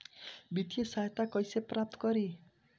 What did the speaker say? वित्तीय सहायता कइसे प्राप्त करी?